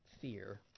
fear